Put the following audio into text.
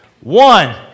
One